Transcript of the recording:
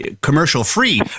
commercial-free